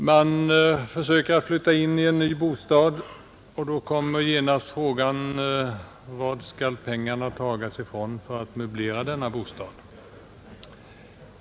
Men när man skall flytta in i en ny bostad kommer genast frågan: Varifrån skall pengarna tagas för att möblera denna bostad?